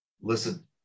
Listen